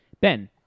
Ben